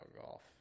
golf